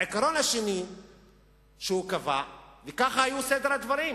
העיקרון השני שהוא קבע, וכך היה סדר הדברים: